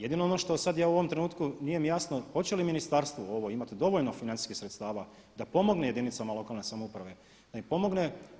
Jedino ono što sad ja u ovom trenutku, nije mi jasno hoće li ministarstvo ovo imati dovoljno financijskih sredstava da pomogne jedinicama lokalne samouprave, da im pomogne.